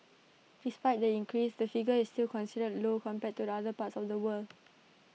despite the increase the figure is still considered low compared to other parts of the world